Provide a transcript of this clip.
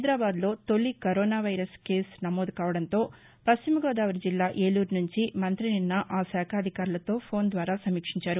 హైదరాబాద్లో తొలి corona virus కేసు నమోదు కావడంతో పశ్చిమగోదావరి జిల్లా ఏలూరు నుంచి మంత్రి నిన్న ఆ శాఖాధికారులతో ఫోన్ ద్వారా సమీక్షించారు